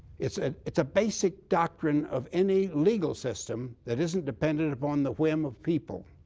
it's and it's a basic doctrine of any legal system that isn't dependent upon the whim of people.